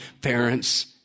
Parents